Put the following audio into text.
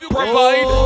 provide